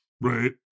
right